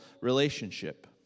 relationship